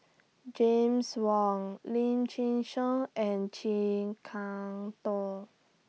James Wong Lim Chin Siong and Chee Kong Door